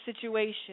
situation